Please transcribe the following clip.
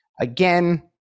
Again